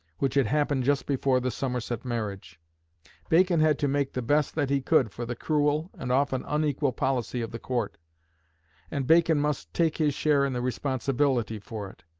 which had happened just before the somerset marriage bacon had to make the best that he could for the cruel and often unequal policy of the court and bacon must take his share in the responsibility for it.